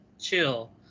chill